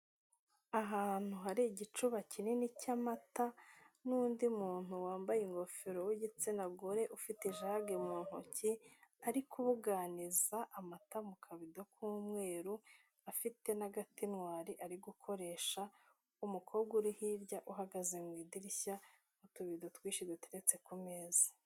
Ahantu hari igicuba kinini cy'amata n'undi muntu wambaye ingofero w'igitsina gore ufite jage mu ntoki, ari kubuganiza amata mu kabido k'umweru, afite n'agatenwari ari gukoresha, umukobwa uri hirya uhagaze mu idirishya, utubido twinshi duteretse ku meza.